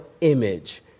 image